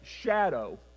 shadow